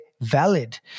valid